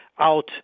Out